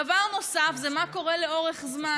דבר נוסף הוא מה קורה לאורך זמן.